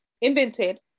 invented